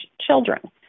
Children